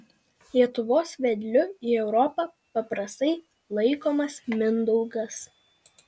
lietuvos vedliu į europą paprastai laikomas mindaugas